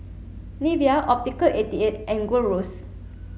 Nivea Optical eighty eight and Gold Roast